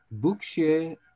Bookshare